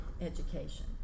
education